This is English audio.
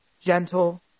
gentle